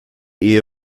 ehe